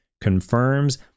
confirms